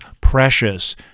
precious